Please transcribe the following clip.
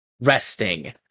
resting